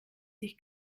sich